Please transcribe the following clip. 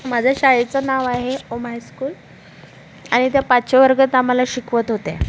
माझ्या शाळेचं नाव आहे ओम आयस्कूल आणि त्या पाचव्या वर्गात आम्हाला शिकवत होत्या